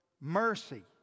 mercy